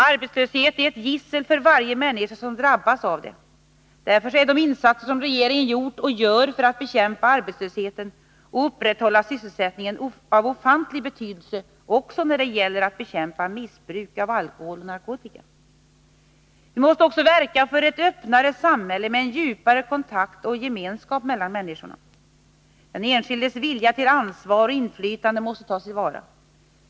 Arbetslöshet är ett gissel för varje människa som drabbas av den. Därför är de insatser som regeringen gjort och gör för att bekämpa arbetslösheten och upprätthålla sysselsättningen ofantligt betydelsefulla också när det gäller att bekämpa missbruk av alkohol och narkotika. Vi måste också verka för ett öppnare samhälle med en djupare kontakt och gemenskap mellan människorna. Den enskildes vilja till ansvar och inflytande måste tas till vara.